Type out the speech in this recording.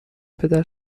پدر